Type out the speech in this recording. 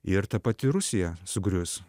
ir ta pati rusija sugrius